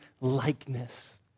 likeness